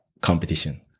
competition